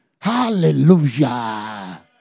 Hallelujah